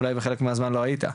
אולי בחלק מהזמן לא היית.